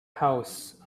house